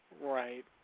Right